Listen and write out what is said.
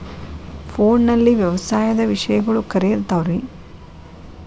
ಫೋನಲ್ಲಿ ವ್ಯವಸಾಯದ ವಿಷಯಗಳು ಖರೇ ಇರತಾವ್ ರೇ?